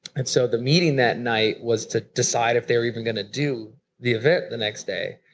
and so the meeting that night was to decide if they were even going to do the event the next day.